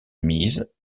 mise